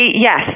yes